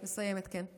מסיימת, כן.